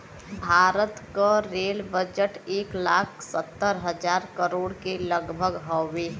भारत क rail budget एक लाख सत्तर हज़ार करोड़ के लगभग हउवे